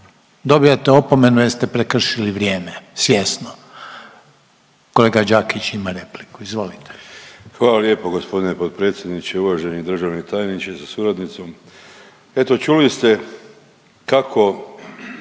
Dobijate opomenu jer ste prekršili vrijeme svjesno. Kolega Đakić ima repliku, izvolite. **Đakić, Josip (HDZ)** Hvala lijepo g. potpredsjedniče. Uvaženi državni tajniče sa suradnicom. Eto čuli ste kako